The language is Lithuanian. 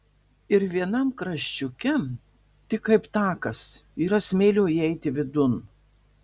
ir vienam kraščiuke tik kaip takas yra smėlio įeiti vidun